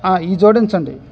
ఇది జోడించండి